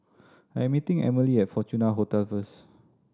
I am meeting Emilee at Fortuna Hotel first